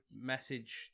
message